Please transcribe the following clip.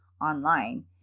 online